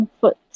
foot